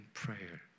prayer